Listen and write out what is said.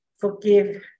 forgive